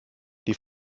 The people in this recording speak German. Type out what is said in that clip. die